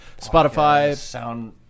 Spotify